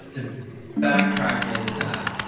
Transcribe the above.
to backtrack into that,